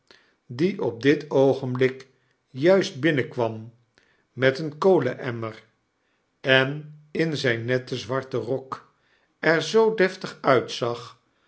die op dit oogenblik juist binnenkwam met den kolenemmer en in zyn netten zwarten rok er zoo deftig uitzag